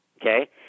Okay